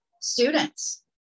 students